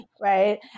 Right